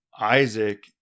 isaac